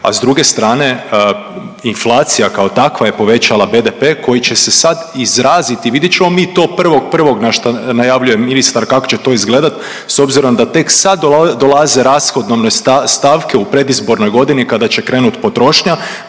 a s druge strane inflacija kao takva je povećala BDP koji će se sad izraziti, vidjet ćemo mi to 01.01. na šta, najavljuje ministar kako će to izgledat, s obzirom da tek sad dolaze rashodovne stavke u predizbornoj godini kada će krenut potrošnja